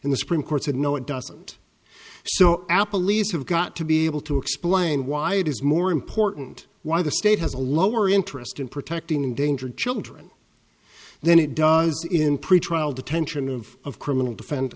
in the supreme court said no it doesn't so apple leaves have got to be able to explain why it is more important why the state has a lower interest in protecting endangered children then it does in pretrial detention of of criminal defen